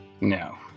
No